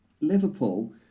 Liverpool